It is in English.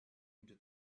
into